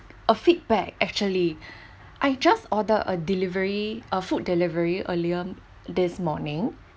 a feedback actually I just ordered a delivery a food delivery earlier this morning